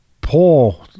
Paul